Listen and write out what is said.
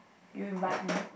you invite me